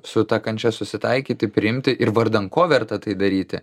su ta kančia susitaikyti priimti ir vardan ko verta tai daryti